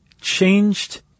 changed